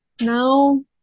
no